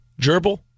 Gerbil